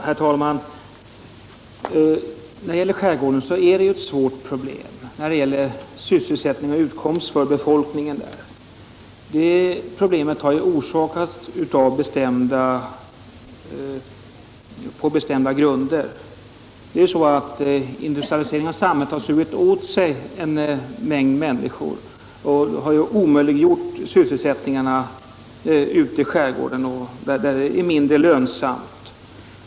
Herr talman! Sysselsättning och utkomst för befolkningen i skärgården är ett svårt problem. Det problemet har bestämda orsaker. Industrialiseringen av samhället har sugit åt sig en mängd människor, vilket omöjliggjort sysselsättningen ute i skärgården, därför att den sysselsättningen är mindre lönsam.